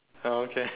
oh okay